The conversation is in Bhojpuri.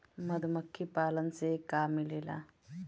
मधुमखी पालन से का मिलेला?